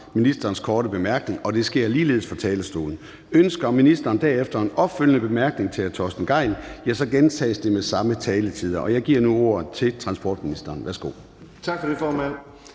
ministerens bemærkning, og det sker ligeledes fra talerstolen. Ønsker ministeren derefter at komme med en opfølgende bemærkning til hr. Torsten Gejl, gentages det med samme taletider. Jeg giver nu ordet til transportministeren. Værsgo.